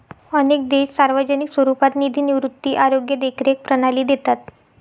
अनेक देश सार्वजनिक स्वरूपात निधी निवृत्ती, आरोग्य देखरेख प्रणाली देतात